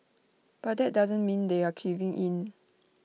but that doesn't mean they're caving in